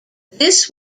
this